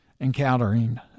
encountering